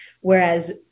Whereas